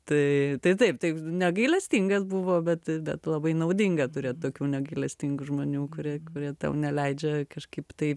tai tai taip taip negailestingas buvo bet bet labai naudinga turėt tokių negailestingų žmonių kurie kurie tau neleidžia kažkaip tai